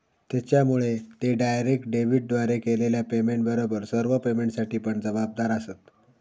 त्येच्यामुळे ते डायरेक्ट डेबिटद्वारे केलेल्या पेमेंटबरोबर सर्व पेमेंटसाठी पण जबाबदार आसंत